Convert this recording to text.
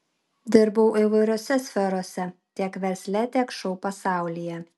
dirbau įvairiose sferose tiek versle tiek šou pasaulyje